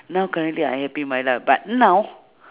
now currently I happy with my life but now